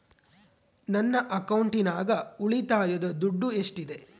ನನ್ನ ಅಕೌಂಟಿನಾಗ ಉಳಿತಾಯದ ದುಡ್ಡು ಎಷ್ಟಿದೆ?